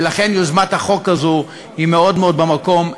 ולכן יוזמת החוק הזו היא מאוד מאוד במקום,